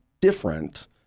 different